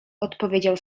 odpowiedział